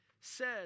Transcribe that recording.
says